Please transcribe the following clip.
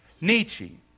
Nietzsche